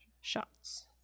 shots